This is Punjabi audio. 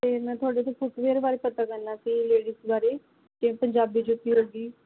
ਅਤੇ ਮੈਂ ਤੁਹਾਡੇ ਤੋਂ ਫੂਟਵੇਅਰ ਬਾਰੇ ਪਤਾ ਕਰਨਾ ਸੀ ਲੇਡੀਜ਼ ਬਾਰੇ ਕਿ ਪੰਜਾਬੀ ਜੁੱਤੀ ਵਰਗੀ